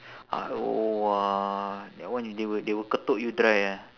uh !wah! that one they will they will ketuk you dry ah